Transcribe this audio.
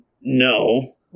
No